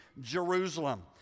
Jerusalem